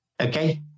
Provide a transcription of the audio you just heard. Okay